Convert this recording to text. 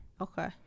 Okay